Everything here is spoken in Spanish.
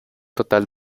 total